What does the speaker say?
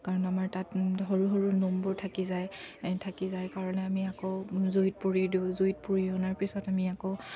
কাৰণ আমাৰ তাত সৰু সৰু নোমবোৰ থাকি যায় থাকি যায় কাৰণে আমি আকৌ জুইত পুৰি দিওঁ জুইত পুৰি অনাৰ পিছত আমি আকৌ